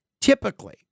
Typically